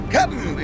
Captain